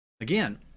Again